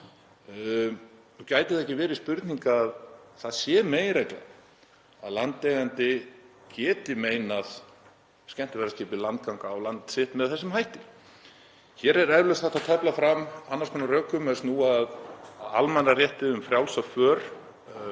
Gæti það ekki verið spurning að það sé meginregla að landeigandi geti meinað skemmtiferðaskipi landgöngu á land sitt með þessum hætti? Hér er eflaust hægt að tefla fram annars konar rökum er snúa að almannarétti um frjálsa för